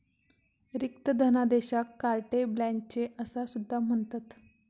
रिक्त धनादेशाक carte blanche असा सुद्धा म्हणतत